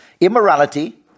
immorality